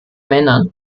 männer